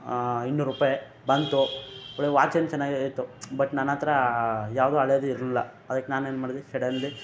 ಇನ್ನೂರುಪಾಯಿ ಬಂತು ಒಳ್ಳೆ ವಾಚೇನು ಚೆನ್ನಾಗೇ ಇತ್ತು ಬಟ್ ನನ್ನಹತ್ರಾ ಯಾವುದು ಹಳೇದು ಇರಲಿಲ್ಲ ಅದಕ್ಕೆ ನಾನೇನು ಮಾಡಿದೆ ಸಡನ್ಲಿ